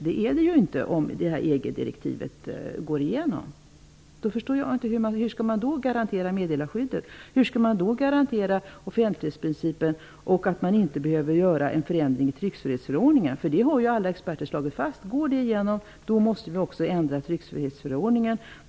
Det är det inte om EG-direktivet går igenom. Hur skall man då garantera meddelarskyddet? Hur skall man garantera offentlighetsprincipen, och att man inte behöver göra en förändring i tryckfrihetsförordningen? Alla experter har slagit fast: Går EG-direktivet igenom måste vi också ändra tryckfrihetsförordningen.